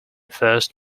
first